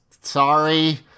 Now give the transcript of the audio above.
Sorry